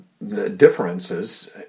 differences